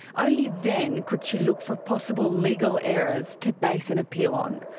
only then could she look for possible legal errors to base an appeal on.